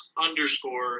underscore